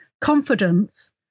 confidence